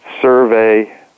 survey